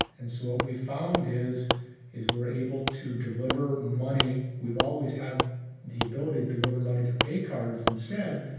and so what we found is is we're able to deliver money. we've always had the ability to deliver money to pay cards instead.